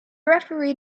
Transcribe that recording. referee